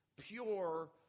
pure